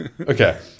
Okay